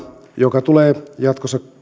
joka tulee jatkossa